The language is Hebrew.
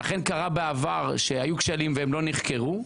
ולכן קרה בעבר שהיו כשלים והם לא נחקרו,